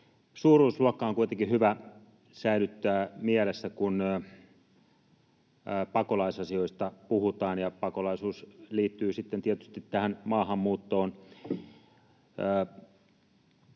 Suuruusluokka on kuitenkin hyvä säilyttää mielessä, kun pakolaisasioista puhutaan, ja pakolaisuus liittyy sitten tietysti tähän maahanmuuttoon.